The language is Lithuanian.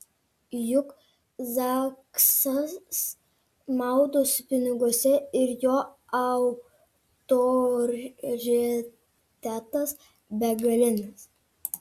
juk zaksas maudosi piniguose ir jo autoritetas begalinis